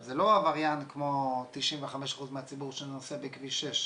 זה לא עבריין כמו 95% מהציבור שנוסע בכביש שש